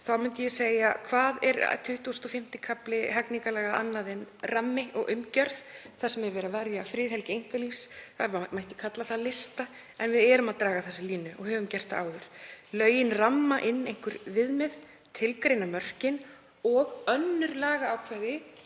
Þá myndi ég segja: Hvað er XXV. kafli hegningarlaga annað en rammi og umgjörð þar sem verið er að verja friðhelgi einkalífs? Það mætti kalla lista en við erum að draga línu og höfum gert það áður. Lögin ramma inn einhver viðmið, tilgreina mörkin og önnur lagaákvæði